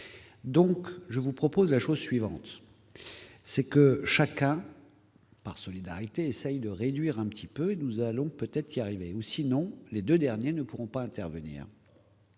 donc je vous propose la chose suivante, c'est que chacun par solidarité essaye de réduire un petit peu et nous allons peut-être y arriver aussi non, les 2 derniers ne pourront pas intervenir.